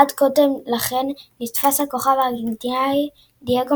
עוד קודם לכן נתפס הכוכב הארגנטינאי דייגו